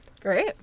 Great